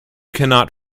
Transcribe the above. cannot